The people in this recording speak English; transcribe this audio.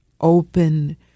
open